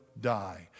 die